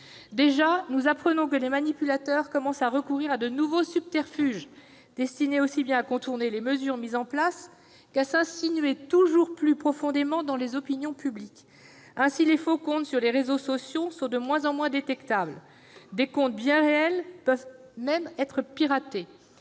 Déjà, nous apprenons que les manipulateurs commencent à recourir à de nouveaux subterfuges, destinés aussi bien à contourner les mesures mises en place qu'à s'insinuer toujours plus profondément dans les opinions publiques. Ainsi, les faux comptes sur les réseaux sociaux sont de moins en moins détectables. Des comptes bien réels peuvent même être piratés.